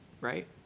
Right